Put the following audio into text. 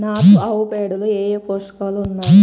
నాటు ఆవుపేడలో ఏ ఏ పోషకాలు ఉన్నాయి?